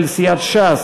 של סיעת ש"ס.